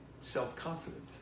self-confident